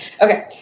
Okay